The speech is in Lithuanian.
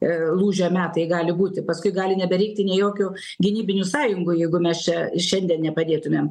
ir lūžio metai gali būti paskui gali nebereikti nei jokių gynybinių sąjungų jeigu mes čia šiandien nepadėtumėm